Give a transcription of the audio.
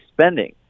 spending